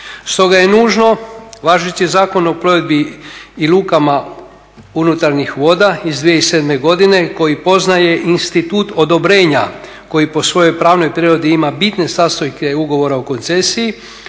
S toga je nužno važeći Zakon o plovidbi i lukama unutarnjih voda iz 2007. godine koji poznaje institut odobrenja koji po svojoj pravnoj prirodi ima bitne sastojke ugovora o koncesiji